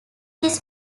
this